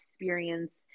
experience